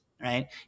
right